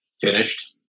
finished